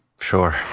Sure